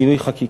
שינוי חקיקה.